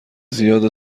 زیاد